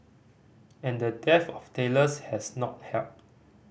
and the dearth of tailors has not helped